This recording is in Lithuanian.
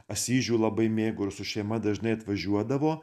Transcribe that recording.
asyžių labai mėgo ir su šeima dažnai atvažiuodavo